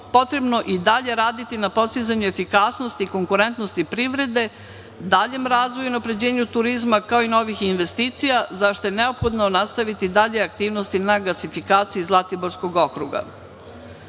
potrebno i dalje raditi na postizanju efikasnosti i konkurentnosti privrede, daljem razvoju i unapređenju turizma, kao i novih investicija zašto je neophodno nastaviti dalje aktivnosti na gasifikaciji Zlatiborskog okruga. Daljem